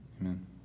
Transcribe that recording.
amen